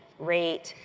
rate,